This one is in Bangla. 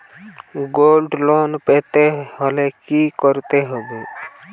গোল্ড লোন পেতে হলে কি করতে হবে?